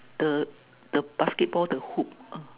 the the basketball the hoop